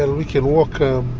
and we can walk.